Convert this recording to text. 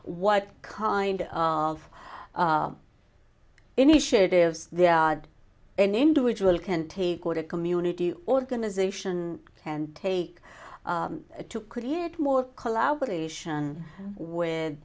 what kind of initiatives the odd an individual can take what a community organization and take to create more collaboration with